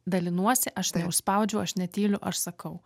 dalinuosi aš neužspaudžiau aš netyliu aš sakau